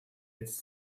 its